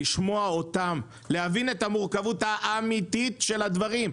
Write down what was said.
כדי להבין את המורכבות האמיתית של הדברים.